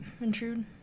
Intrude